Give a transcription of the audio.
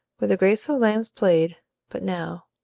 where the graceful lambs played but now,